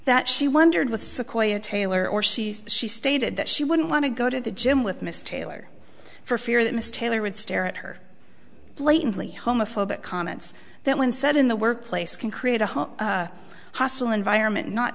that she wondered with sequoia tailor or she's she stated that she wouldn't want to go to the gym with miss taylor for fear that miss taylor would stare at her blatantly homophobic comments that when set in the workplace can create a hostile environment